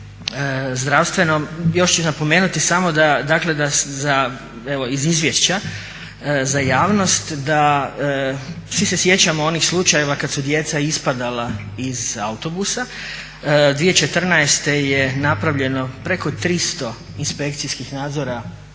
zdravstvenom, još ću napomenuti samo da dakle iz izvješća za javnost svi se sjećamo onih slučajeva kad su djeca ispadala iz autobusa, 2014. je napravljeno preko 300 inspekcijskih nadzora